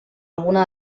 alguna